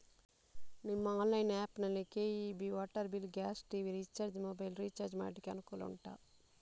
ನಿಮ್ಮ online app ನಲ್ಲಿ KEB, water bill, gas, TV recharge, mobile recharge ಮಾಡ್ಲಿಕ್ಕೆ ಅನುಕೂಲ ಉಂಟಾ